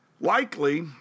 Likely